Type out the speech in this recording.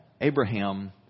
Abraham